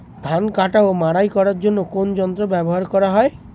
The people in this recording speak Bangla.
ধান কাটা ও মাড়াই করার জন্য কোন যন্ত্র ব্যবহার করা হয়?